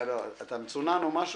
אתה מצונן או משהו?